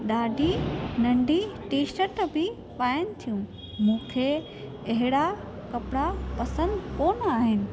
ॾाढी नंढी टीशट बि पाइनि थियूं मूंखे अहिड़ा कपिड़ा पसंदि कोन आहिनि